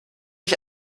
ich